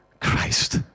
Christ